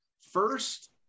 first